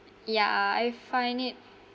yeah I find it